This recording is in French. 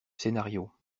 scénario